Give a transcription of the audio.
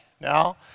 Now